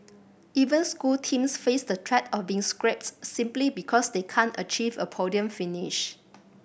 even school teams face the threat of being scrapped simply because they can't achieve a podium finish